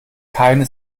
keine